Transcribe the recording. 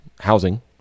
housing